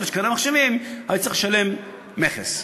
שקנה מחשבים היו צריכים לשלם מכס.